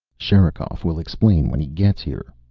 sherikov will explain when he gets here,